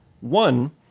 One